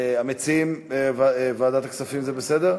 המציעים, ועדת הכספים זה בסדר?